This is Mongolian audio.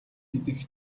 гэдэг